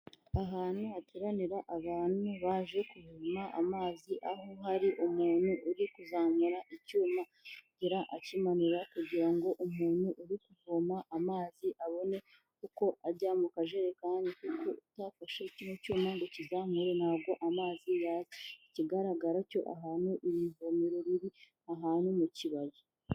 Ahantu hateranira abantu baje kuvoma amazi, aho hari umuntu uri kuzamura icyuma yongera akimanura kugira ngo umuntu uri kuvoma amazi abone uko ajya mu kajerekani kuko utafashe kino cyuma ngo ukizamure ntabwo amazi yaza, ikigaragara cyo ahantu iri vomero riri ni ahantu mu kibaya.